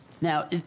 Now